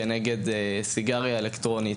כנגד סיגריה אלקטרונית.